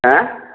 হ্যাঁ